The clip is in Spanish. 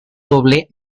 doble